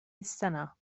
السنة